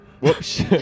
whoops